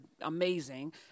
amazing